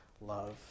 love